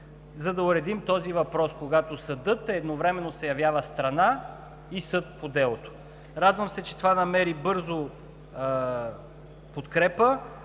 за да уредим този въпрос – когато съдът едновременно се явява страна и съд по делото. Радвам се, че това намери бърза подкрепа.